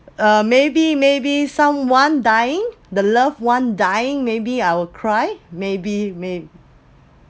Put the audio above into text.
uh maybe maybe someone dying the loved one dying maybe I will cry maybe may